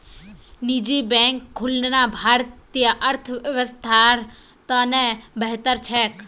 निजी बैंक खुलना भारतीय अर्थव्यवस्थार त न बेहतर छेक